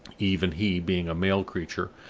even he, being a male creature,